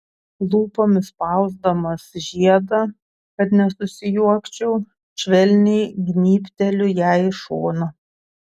lūpomis spausdamas žiedą kad nesusijuokčiau švelniai gnybteliu jai į šoną